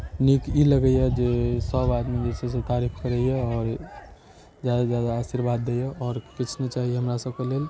नीक ई लगैया जे सब आदमी जे छै से तारीफ करैया आओर जादा से जादा आशिर्वाद दैया आओर किछु नहि चाही हमरा सबके लेल